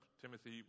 Timothy